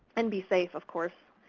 and be safe, of course.